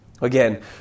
Again